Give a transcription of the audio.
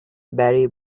barry